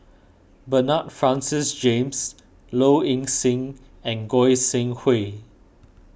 Bernard Francis James Low Ing Sing and Goi Seng Hui